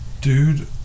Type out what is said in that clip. Dude